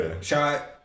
shot